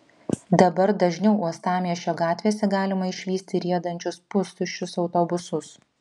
dabar dažniau uostamiesčio gatvėse galima išvysti riedančius pustuščius autobusus